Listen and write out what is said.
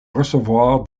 recevoir